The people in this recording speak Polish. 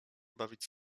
bawić